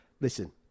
listen